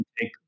take